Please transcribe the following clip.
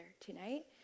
tonight